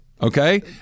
Okay